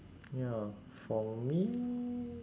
ya for me